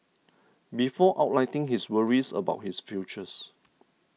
before outlining his worries about his futures